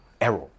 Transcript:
error